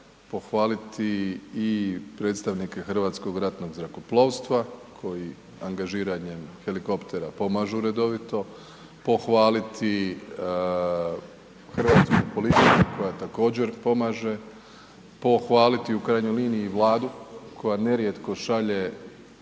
pohvaliti predstavnike Hrvatskog ratnog zrakoplovstva koji angažiranjem helikoptera pomažu redovito, pohvaliti Hrvatsku policiju koja također pomaže, pohvaliti u krajnjoj liniji Vladu koja nerijetko šalje